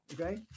Okay